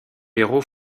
héros